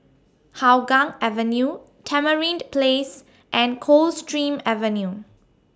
Hougang Avenue Tamarind Place and Coldstream Avenue